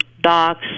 docs